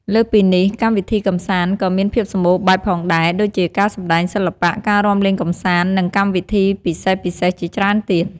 លើសពីនេះ កម្មវិធីកម្សាន្តក៏មានភាពសម្បូរបែបផងដែរ ដូចជាការសម្តែងសិល្បៈ ការរាំលេងកម្សាន្ត និងកម្មវិធីពិសេសៗជាច្រើនទៀត។